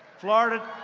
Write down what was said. florida